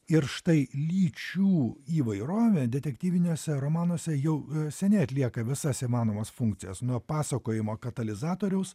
ir štai lyčių įvairovė detektyviniuose romanuose jau seniai atlieka visas įmanomas funkcijas nuo pasakojimo katalizatoriaus